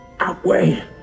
Outweigh